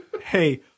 Hey